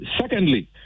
Secondly